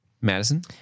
Madison